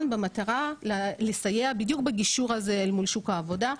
במטרה לסייע בדיוק בגישור הזה אל מול שוק העבודה.